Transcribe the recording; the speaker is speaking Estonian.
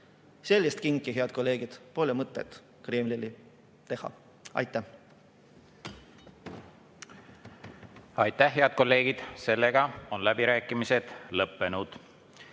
Sellist kinki, head kolleegid, pole mõtet Kremlile teha. Aitäh! Aitäh, head kolleegid! Sellega on läbirääkimised lõppenud.